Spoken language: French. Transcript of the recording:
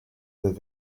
des